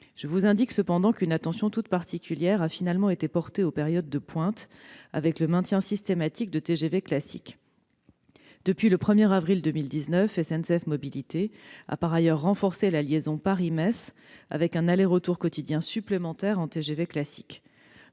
Je vous indique cependant qu'une attention toute particulière a finalement été portée aux périodes de pointe, avec le maintien systématique de TGV classiques. Depuis le 1 avril 2019, SNCF Mobilités a par ailleurs renforcé la liaison Paris-Metz, avec un aller-retour quotidien supplémentaire en TGV classique.